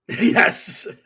Yes